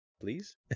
Please